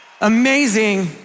amazing